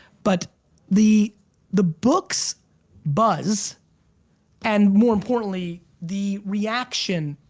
but the the book's buzz and more importantly, the reaction,